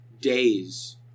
days